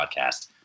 Podcast